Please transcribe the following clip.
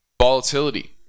volatility